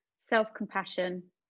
self-compassion